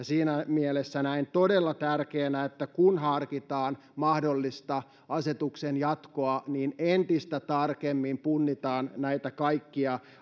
siinä mielessä näen todella tärkeänä että kun harkitaan mahdollista asetuksen jatkoa niin entistä tarkemmin punnitaan näitä kaikkia